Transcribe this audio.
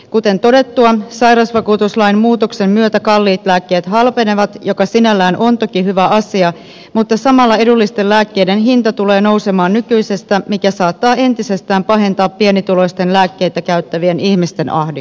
kuten todettua sairausvakuutuslain muutoksen myötä kalliit lääkkeet halpenevat mikä sinällään on toki hyvä asia mutta samalla edullisten lääkkeiden hinta tulee nousemaan nykyisestä mikä saattaa entisestään pahentaa pienituloisten lääkkeitä käyttävien ihmisten ahdinkoa